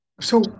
So-